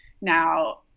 Now